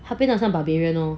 他变得好像 barbarian lor